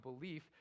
belief